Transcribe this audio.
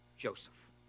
Joseph